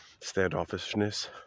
standoffishness